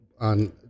on